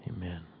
Amen